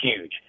huge